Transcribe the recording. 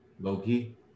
Loki